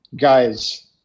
Guys